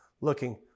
looking